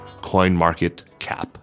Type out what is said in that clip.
CoinMarketCap